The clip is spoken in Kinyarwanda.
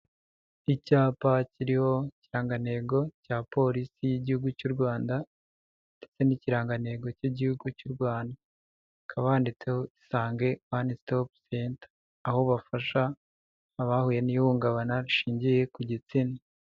Icyapa kiriho ikirangantego cya polisi y'igihugu cy'u Rwanda, ndetse n'ikirangantego cy'igihugu cy'u Rwanda. Kaba handitseho isange one stop center. Aho bafasha, abahuye n'ihungabana, rishingiye ku gitsina.